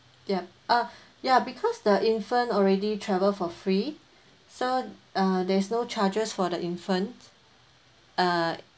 yeah ah yeah because the infant already travel for free so uh there's no charges for the infant uh